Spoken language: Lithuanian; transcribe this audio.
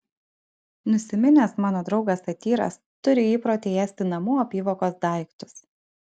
nusiminęs mano draugas satyras turi įprotį ėsti namų apyvokos daiktus